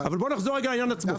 אבל בוא נחזור רגע לעניין עצמו.